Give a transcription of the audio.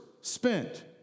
spent